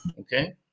okay